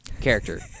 character